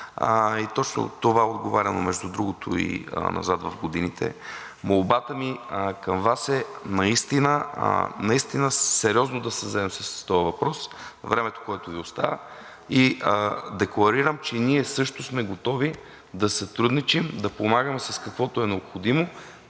Точно това отговаря между другото и назад в годините. Молбата ми към Вас е, наистина сериозно да се заемем с този въпрос във времето, което Ви остава. Декларирам, че ние също сме готови да сътрудничим, да помагаме с каквото е необходимо,